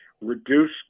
reduce